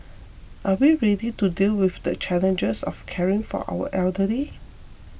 are we ready to deal with the challenges of caring for our elderly